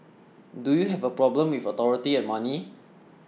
do you have a problem with authority and money